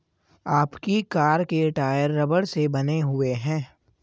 आपकी कार के टायर रबड़ से बने हुए हैं